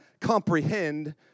comprehend